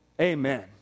Amen